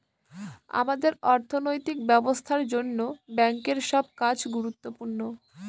আমাদের অর্থনৈতিক ব্যবস্থার জন্য ব্যাঙ্কের সব কাজ গুরুত্বপূর্ণ